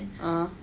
ah